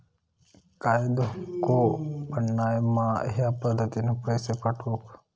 काय धोको पन नाय मा ह्या पद्धतीनं पैसे पाठउक?